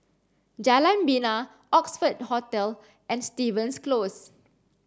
Jalan Bena Oxford Hotel and Stevens Close